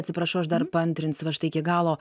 atsiprašau aš dar paantrinsiu va štai iki galo